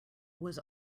was